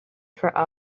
for